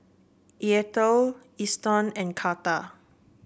Eathel Eston and Carter